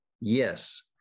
Yes